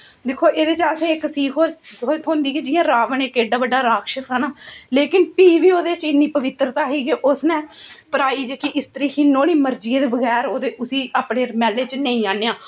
दिक्खो एह्दे च असें इक सीख थ्होंदी कि जि'यां राबन इक एह्डा बड्डा राक्षस हा ना लेकिन फ्ही बी ओह्दे च इन्नी पवित्रा ही कि उसने पराई जेह्की इत्री ही नोआढ़ी मर्जी दे बगैर ओह्दे उस्सी अपने म्हल्ले च नेईं आनेआ